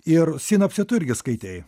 ir sinopsį tu irgi skaitei